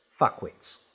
fuckwits